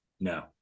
No